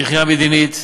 מבחינה מדינית.